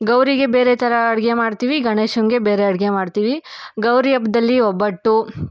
ಗೌರಿಗೆ ಬೇರೆ ಥರ ಅಡಿಗೆ ಮಾಡ್ತೀವಿ ಗಣೇಶನಿಗೆ ಬೇರೆ ಅಡಿಗೆ ಮಾಡ್ತೀವಿ ಗೌರಿ ಹಬ್ದಲ್ಲಿ ಒಬ್ಬಟ್ಟು